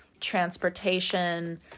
transportation